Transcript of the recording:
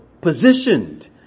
positioned